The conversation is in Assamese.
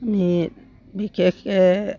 আমি বিশেষকৈ